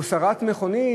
הוא סרט מכונית,